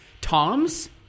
Toms